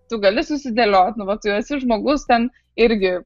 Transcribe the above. tu gali susidėliot nu va tu esi žmogus ten irgi